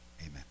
Amen